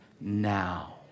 now